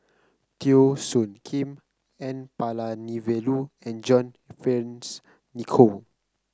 Teo Soon Kim N Palanivelu and John Fearns Nicoll